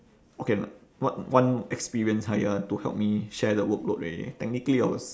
okay what one experience higher to help me share the workload already technically I was